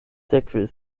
sekvis